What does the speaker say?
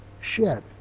shed